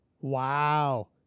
Wow